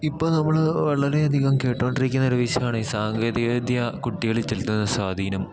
ഇപ്പം നമ്മൾ വളരെയധികം കേട്ടുകൊണ്ടിരിക്കുന്ന ഒരു വിഷയമാണ് ഈ സാങ്കേതികവിദ്യ കുട്ടികളിൽ ചെലുത്തുന്ന സ്വാധീനം